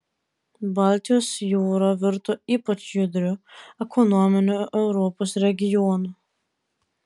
baltijos jūra virto ypač judriu ekonominiu europos regionu